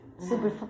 super